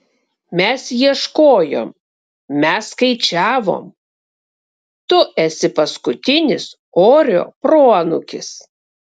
mes ieškojom mes skaičiavom tu esi paskutinis orio proanūkis